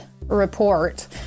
report